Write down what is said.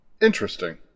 Interesting